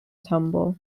tumble